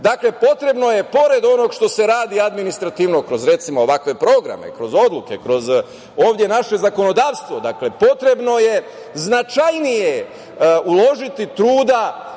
potrebno je pored onog što se radi administrativno, kroz recimo, ovakve programe, kroz odluke, kroz ovde naše zakonodavstvo, potrebno je značajnije uložiti truda